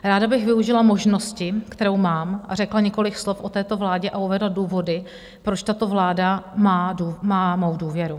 Ráda bych využila možnosti, kterou mám, a řekla několik slov o této vládě a uvedla důvody, proč tato vláda má mou důvěru.